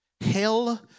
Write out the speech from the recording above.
Hell